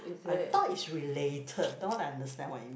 I thought is related don't understand what it mean